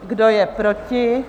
Kdo je proti?